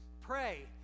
pray